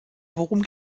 worum